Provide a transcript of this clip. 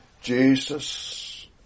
Jesus